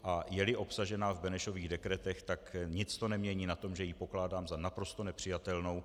A jeli obsažena v Benešových dekretech, tak nic to nemění na tom, že ji pokládám za naprosto nepřijatelnou.